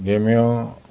गेम्यो